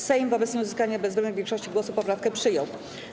Sejm wobec nieuzyskania bezwzględnej większości głosów poprawkę przyjął.